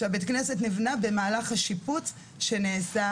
שבית הכנסת נבנה במהלך השיפוץ שנעשה